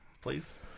Please